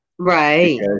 Right